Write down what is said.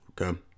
okay